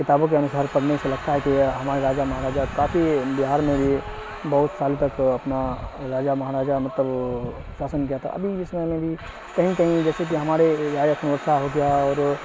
کتابوں کے انوسار پرنے سے لگتا ہے کہ ہمارے راجا مہاراجا کافی بہار میں بھی بہت سال تک اپنا راجا مہاراجہ مطلب ساسن کیا تھا ابھی اس سمے میں بھی کہیں کہیں جیسے کہ ہمارے راجا انوتسہ ہو گیا اور